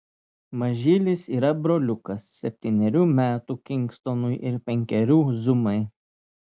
mažylis yra broliukas septynerių metų kingstonui ir penkerių zumai